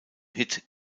hit